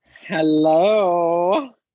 Hello